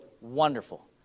wonderful